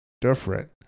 different